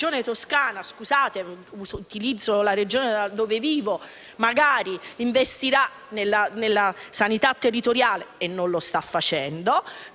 Grazie,